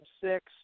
six